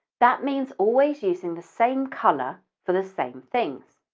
that means always using the same colour for the same thing.